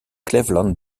cleveland